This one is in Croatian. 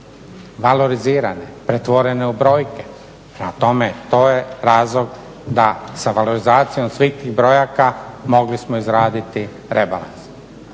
valorizirane, pretvorene u brojke. Prema tome, to je razlog da sa valorizacijom svih tih brojaka mogli smo izraditi rebalans.